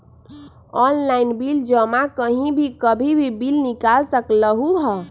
Online bill जमा कहीं भी कभी भी बिल निकाल सकलहु ह?